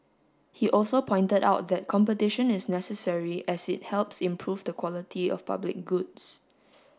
he also pointed out that competition is necessary as it helps improve the quality of public goods